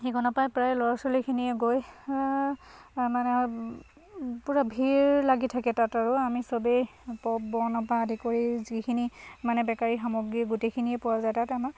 সেইখনৰপৰাই প্ৰায় ল'ৰা ছোৱালীখিনিয়ে গৈ মানে পূৰা ভিৰ লাগি থাকে তাত আৰু আমি চবেই প'প বনৰপৰা আদি কৰি যিখিনি মানে বেকাৰী সামগ্ৰী গোটেইখিনিয়ে পোৱা যায় তাত আমাৰ